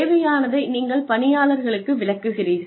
தேவையானதை நீங்கள் பணியாளர்களுக்கு விளக்குகிறீர்கள்